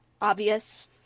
Obvious